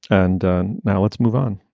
and and now let's move on.